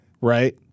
right